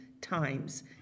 times